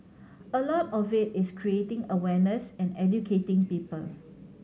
a lot of it is creating awareness and educating people